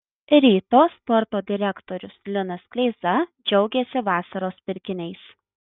ryto sporto direktorius linas kleiza džiaugėsi vasaros pirkiniais